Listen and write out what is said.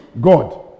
God